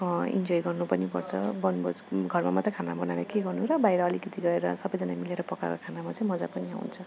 enjoy गर्नु पनि पर्छ वनभोज घरमा मात्र खाना बनाएर के गर्नु र बाहिर अलिकति रहेर सबजना मिलेर पकाएर खानामा चाहिँ मजा पनि आउँछ